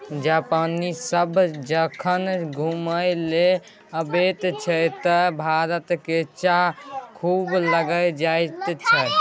जापानी सभ जखन घुमय लेल अबैत छै तँ भारतक चाह खूब लए जाइत छै